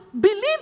believe